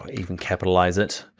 ah you can capitalize it.